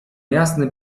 jasny